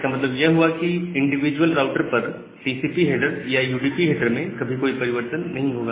इसका मतलब यह हुआ कि इंडिविजुअल राउटर पर टीसीपी हेडर या यूडीपी हेडर में कभी कोई परिवर्तन नहीं होगा